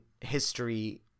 history